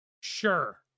sure